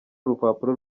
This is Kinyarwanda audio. urupapuro